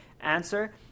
answer